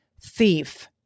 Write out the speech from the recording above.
thief